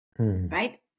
Right